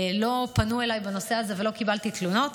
לא פנו אליי בנושא הזה ולא קיבלתי תלונות.